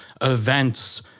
events